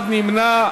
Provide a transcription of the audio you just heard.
אחד נמנע.